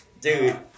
Dude